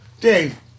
Dave